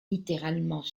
littéralement